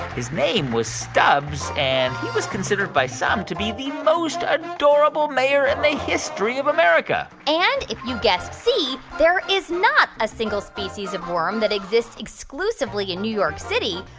his name was stubbs, and he was considered by some to be the most adorable mayor in the history of america and if you guessed c, there is not a single species of worm that exists exclusively in new york city,